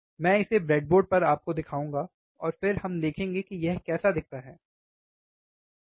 मैं इसे ब्रेडबोर्ड पर आपको दिखाऊंगा और फिर हम देखेंगे कि यह कैसा दिखता है